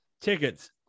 tickets